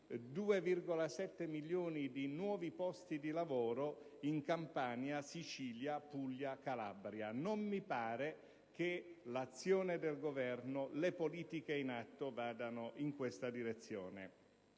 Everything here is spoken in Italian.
2,7 milioni di nuovi posti di lavoro in Campania, Sicilia, Puglia e Calabria. Non mi pare che l'azione del Governo e le politiche in atto vadano in questa direzione.